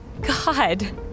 God